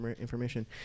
information